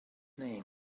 name